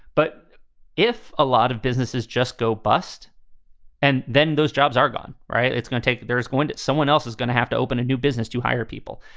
but if a lot of businesses just go bust and then those jobs are gone. right. it's going to take there's going to someone else is going to have to open a new business to hire people.